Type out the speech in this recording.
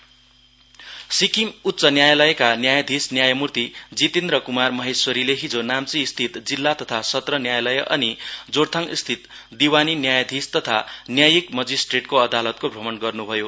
chief justice south Sikkim उच्च न्यायालयका न्यायाधिस न्यायमूर्ति जितेन्द्र कुमार महेश्वरीले हिजो नाम्चीस्थित जिल्ला तथा सत्र न्यायालय अनि जोरथाङस्थित दिवानि न्यायाधिख तथा न्यायिक मजिस्ट्रेरको अदालतको भ्रमण गर्नु भयो